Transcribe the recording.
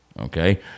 okay